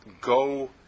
go